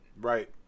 Right